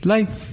Life